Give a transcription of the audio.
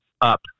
up